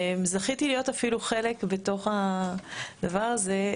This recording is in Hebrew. זכיתי להיות אפילו חלק בתוך הדבר הזה.